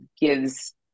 gives